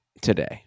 Today